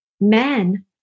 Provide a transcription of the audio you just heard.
men